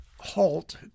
halt